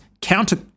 counter